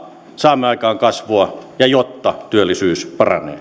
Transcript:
saamme aikaan kasvua ja jotta työllisyys paranee